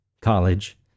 college